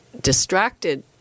distracted